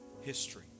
history